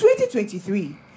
2023